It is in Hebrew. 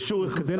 לפי